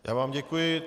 Já vám děkuji.